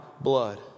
blood